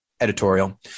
editorial